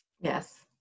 Yes